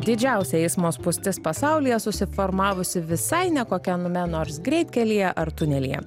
didžiausia eismo spūstis pasaulyje susiformavusi visai nekokiame nors greitkelyje ar tunelyje